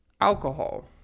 alcohol